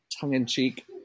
tongue-in-cheek